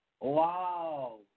Wow